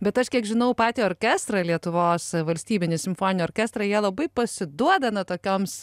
bet aš kiek žinau patį orkestrą lietuvos valstybinį simfoninį orkestrą jie labai pasiduoda na tokioms